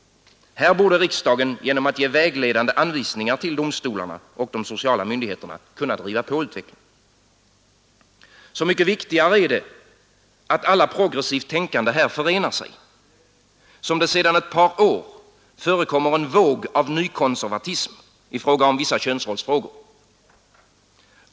Här borde riksdagen genom att ge vägledande anvisningar till domstolarna och de sociala myndigheterna kunna driva på utvecklingen. Så mycket viktigare är det att alla progressivt tänkande här förenar sig som det sedan ett par år förekommer en våg av nykonservatism i vissa könsrollsfrågor.